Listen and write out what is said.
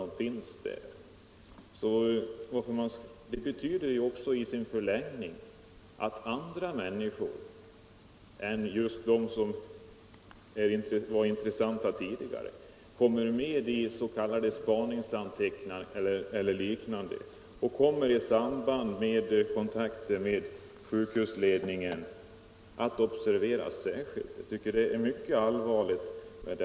Den vidtagna åtgärden innebär i sin förlängning att andra människor än just de som tidigare var intressanta kommer med i s.k. spaningsanteckningar eller liknande och i samband med kontakter med sjukhusledningen särskilt kommer att observeras. Sådana skumraskaffärer är något mycket allvarligt.